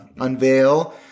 unveil